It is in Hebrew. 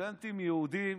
סטודנטים יהודים